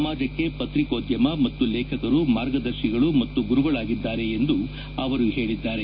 ಸಮಾಜಕ್ಕೆ ಪತ್ರಿಕೋದ್ಧಮ ಮತ್ತು ಲೇಖಕರು ಮಾರ್ಗದರ್ತಿಗಳು ಮತ್ತು ಗುರುಗಳಾಗಿದ್ದಾರೆ ಎಂದು ಅವರು ಹೇಳಿದ್ದಾರೆ